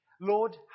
Lord